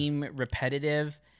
repetitive